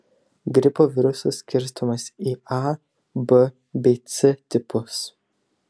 gripo virusas skirstomas į a b bei c tipus